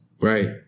Right